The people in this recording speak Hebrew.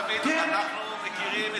תבין, אנחנו מכירים את העניין.